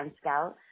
Scout